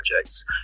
projects